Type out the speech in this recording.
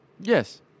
Yes